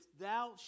thou